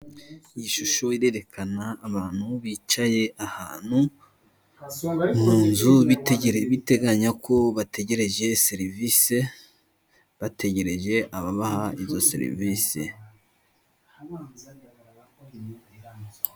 Iyi shusho irerekana abantu bicaye ahantu mu nzu. Biteganya ko bategereje serivise, bategereje ababaha izo serivise.